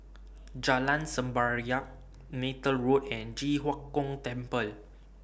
Jalan Semerbak Neythal Road and Ji Huang Kok Temple